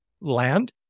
land